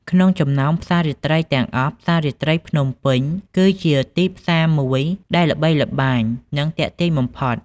ក្នុងចំណោមផ្សាររាត្រីទាំងអស់ ផ្សាររាត្រីភ្នំពេញ គឺជាទីផ្សារមួយដែលល្បីល្បាញ និងទាក់ទាញបំផុត។